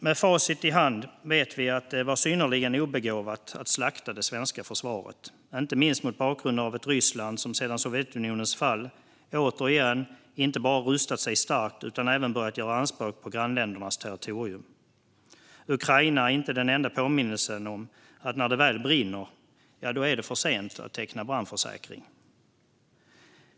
Med facit i hand vet vi att det var synnerligen obegåvat att slakta det svenska försvaret, inte minst mot bakgrund av ett Ryssland som sedan Sovjetunionens fall återigen inte bara rustat sig starkt utan även börjat göra anspråk på grannländernas territorium. Ukraina är inte den enda påminnelsen om att när det väl brinner är det för sent att teckna brandförsäkring.